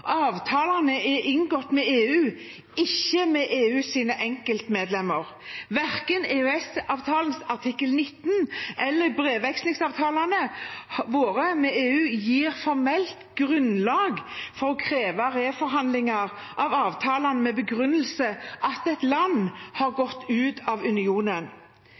Avtalene er inngått med EU, ikke med EUs enkeltmedlemmer. Verken EØS-avtalens artikkel 19 eller brevvekslingsavtalene våre med EU gir formelt grunnlag for å kreve reforhandlinger av avtalene med begrunnelse i at et land har gått ut av unionen.